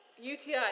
UTI